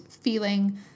feeling